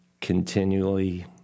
continually